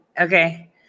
Okay